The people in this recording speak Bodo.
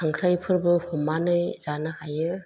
खांख्राइफोरबो हामानै जानो हायो